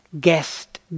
guest